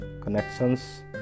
connections